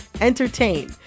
entertain